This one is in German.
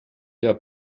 der